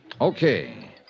Okay